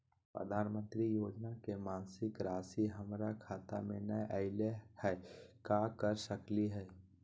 प्रधानमंत्री योजना के मासिक रासि हमरा खाता में नई आइलई हई, का कर सकली हई?